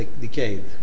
decade